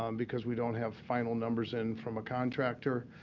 um because we don't have final numbers in from a contractor.